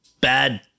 bad